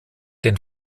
den